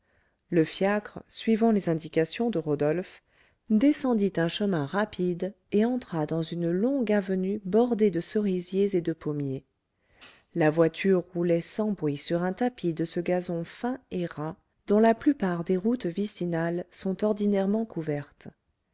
le fiacre suivant les indications de rodolphe descendit un chemin rapide et entra dans une longue avenue bordée de cerisiers et de pommiers la voiture roulait sans bruit sur un tapis de ce gazon fin et ras dont la plupart des routes vicinales sont ordinairement couvertes